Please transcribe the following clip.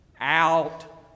out